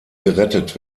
gerettet